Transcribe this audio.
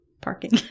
Parking